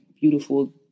beautiful